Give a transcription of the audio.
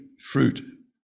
fruit